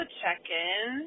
check-in